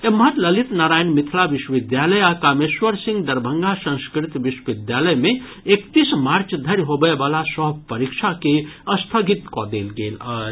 एम्हर ललित नारायण मिथिला विश्वविद्यालय आ कामेश्वर सिंह दरभंगा संस्कृत विश्वविद्यालय मे एकतीस मार्च धरि होबय वला सभ परीक्षा के स्थगित कऽ देल गेल अछि